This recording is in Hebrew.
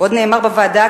עוד נאמר בוועדה,